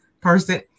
person